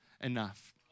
enough